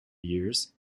years